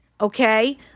okay